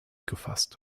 gefasst